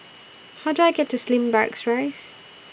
How Do I get to Slim Barracks Rise